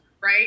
Right